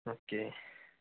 okay